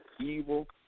evil